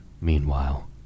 meanwhile